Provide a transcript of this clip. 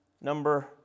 number